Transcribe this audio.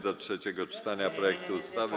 Do trzeciego czytania projektu ustawy.